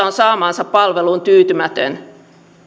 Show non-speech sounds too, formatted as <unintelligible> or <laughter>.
<unintelligible> on saamaansa palveluun tyytymätön